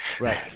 Right